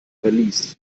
verlies